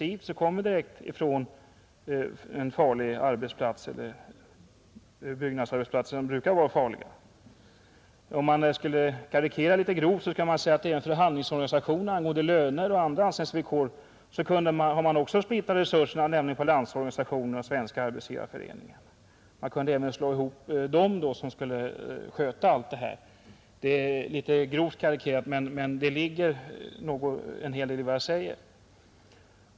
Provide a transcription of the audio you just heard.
Jag som kommer direkt från en farlig arbetsplats — byggnadsarbetsplatser brukar vara farliga — upplever detta mycket intensivt. Om man ville karikera skulle man kunna säga att man när det gäller organisationen för förhandlingar om löner och andra anställningsvillkor i så fall också har splittrat resurserna, nämligen på Landsorganisationen och Svenska arbetsgivareföreningen. Man skulle ju då även kunna slå ihop de organisationer som skall sköta den saken. Detta är litet grovt karikerat, men det ligger en hel del i vad jag säger.